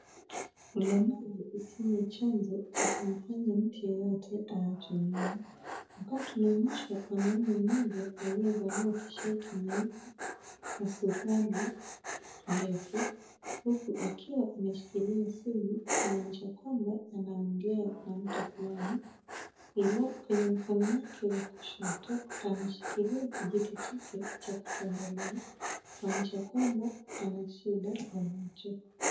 Ulemavu sio chanzo cha kumfanya mtu yeyote aachwe nyuma. Hapa tunaonyeshwa mwanaume mmoja aliyevalia t-shirt nyeupe na suruali ndefu huku akiwa ameshikilia simu kumaanisha kwamba anaongea na mtu fulani. Ila kwenye mkono wake wa kushoto ameshikilia kijiti chake cha kutembelea kumaanisha kwamba ana shida ya macho.